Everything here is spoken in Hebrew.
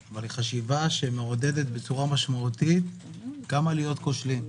אבל שמעודדת בצורה משמעותית להיות כושלים.